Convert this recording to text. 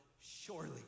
surely